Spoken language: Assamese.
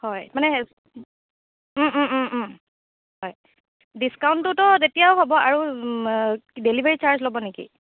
হয় মানে হয় ডিছকাউণ্টটোতো তেতিয়াও হ'ব আৰু ডেলিভাৰী চাৰ্জ ল'ব নেকি